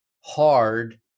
hard